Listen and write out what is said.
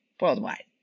worldwide